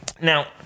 Now